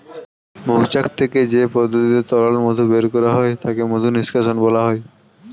মৌচাক থেকে যে পদ্ধতিতে তরল মধু বের করা হয় তাকে মধু নিষ্কাশণ বলা হয়